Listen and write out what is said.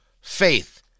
faith